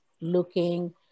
looking